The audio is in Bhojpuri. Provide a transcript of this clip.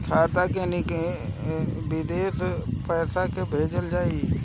खाता से विदेश पैसा कैसे भेजल जाई?